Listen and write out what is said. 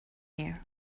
here